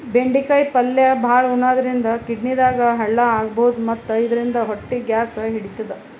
ಬೆಂಡಿಕಾಯಿ ಪಲ್ಯ ಭಾಳ್ ಉಣಾದ್ರಿನ್ದ ಕಿಡ್ನಿದಾಗ್ ಹಳ್ಳ ಆಗಬಹುದ್ ಮತ್ತ್ ಇದರಿಂದ ಹೊಟ್ಟಿ ಗ್ಯಾಸ್ ಹಿಡಿತದ್